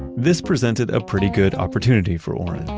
this presented a pretty good opportunity for orrin.